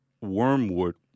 wormwood